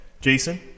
Jason